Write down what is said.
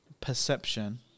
perception